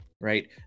right